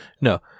no